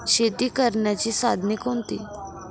शेती करण्याची साधने कोणती?